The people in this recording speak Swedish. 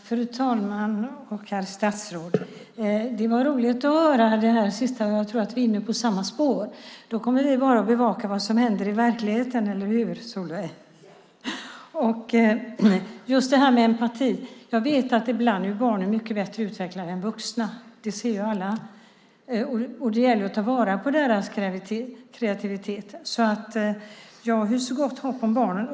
Fru talman! Herr statsråd! Det var roligt att höra det här sista. Jag tror att vi är inne på samma spår. Då kommer vi bara att bevaka vad som händer i verkligheten - eller hur, Solveig? När det gäller just det här med empati vet jag att barnen ibland är mycket bättre utvecklade än vuxna. Det ser ju alla, och det gäller att ta vara på deras kreativitet. Jag hyser gott hopp om barnen.